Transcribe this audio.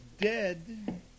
dead